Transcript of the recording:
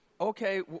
Okay